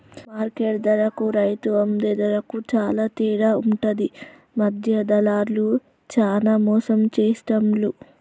market ధరకు రైతు అందే ధరకు చాల తేడా ఉంటది మధ్య దళార్లు చానా మోసం చేస్తాండ్లు